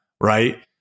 right